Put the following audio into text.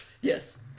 Yes